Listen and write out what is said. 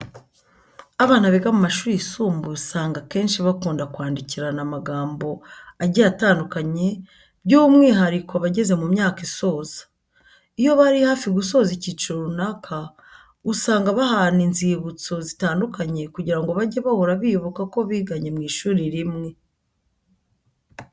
Abana biga mu mashuri yisumbuye usanga akenshi bakunda kwandikirana amagambo agiye atandukanye by'umwihariko abageze mu myaka isoza. Iyo bari hafi gusoza icyiciro runaka usanga bahana inzibutso zitandukanye kugira ngo bajye bahora bibuka ko biganye mu ishuri rimwe.